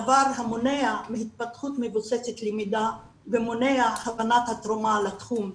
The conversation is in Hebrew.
דבר המונע התפתחות מבוססת למידה ומונע הבנת התרומה לתחום.